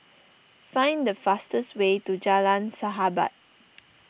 find the fastest way to Jalan Sahabat